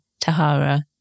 Tahara